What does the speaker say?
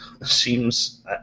Seems